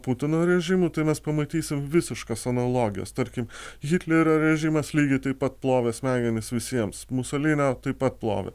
putino režimu tai mes pamatysim visiškas analogijas tarkim hitlerio režimas lygiai taip pat plovė smegenis visiems musolinio taip pat plovė